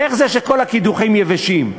איך זה שכל הקידוחים יבשים?